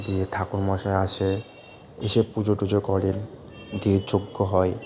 দিয়ে ঠাকুর মশাই আসে এসে পুজো টুজো করেন দিয়ে যজ্ঞ হয়